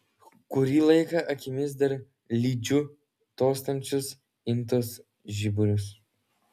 kurį laiką akimis dar lydžiu tolstančius intos žiburius